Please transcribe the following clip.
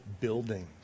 buildings